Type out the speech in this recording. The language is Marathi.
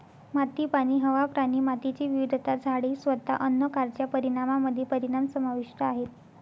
माती, पाणी, हवा, प्राणी, मातीची विविधता, झाडे, स्वतः अन्न कारच्या परिणामामध्ये परिणाम समाविष्ट आहेत